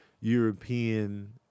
European